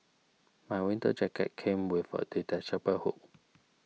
my winter jacket came with a detachable hood